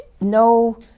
No